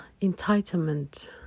entitlement